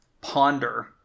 Ponder